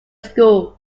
school